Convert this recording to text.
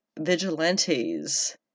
Vigilantes